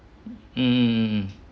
mm mm mm mm